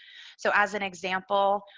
so as an example,